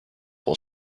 will